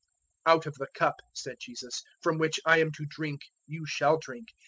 out of the cup, said jesus, from which i am to drink you shall drink,